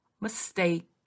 mistake